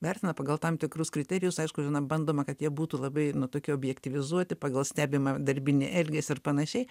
vertina pagal tam tikrus kriterijus aišku yra bandoma kad jie būtų labai nu tokie objektyvizuoti pagal stebimą darbinį elgesį ir panašiai